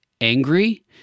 angry